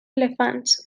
elefants